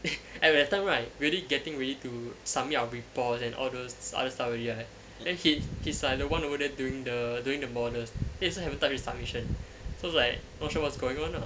at that time right we already getting ready to submit our reports and all those other stuff already right then he he's like the one over there doing the doing the models then he also haven't type his submission so it's like not sure what's going on ah